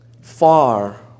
far